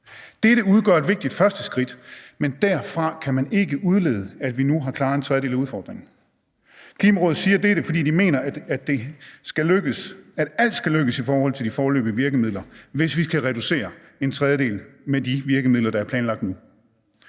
Dette udgør et vigtigt første skridt, men derfra kan man ikke udlede, at vi nu har klaret en tredjedel af udfordringen.« Klimarådet siger dette, fordi de mener, at alt skal lykkes i forhold til de foreløbige virkemidler, hvis vi skal reducere en tredjedel med de virkemidler, der er planlagt nu.